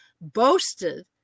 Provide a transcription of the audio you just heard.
boasted